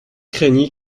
craignit